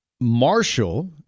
Marshall